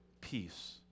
peace